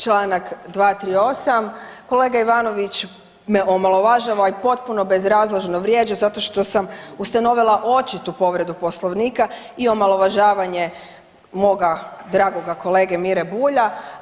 Čl. 238.kolega Ivanović me omalovažava i potpuno bezrazložno vrijeđa zato što sam ustanovila očitu povredu Poslovnika i omalovažavanje moga dragoga kolege Mire Bulja.